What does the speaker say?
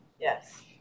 Yes